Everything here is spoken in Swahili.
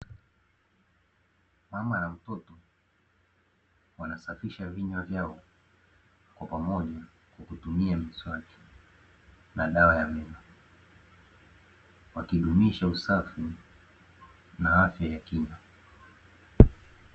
Mama na mtoto wanasafisha vinywa vyao kwa pamoja kwa kutumia mswaki na dawa ya meno, wakidumisha usafi na afya ya kinywa.